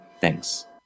Thanks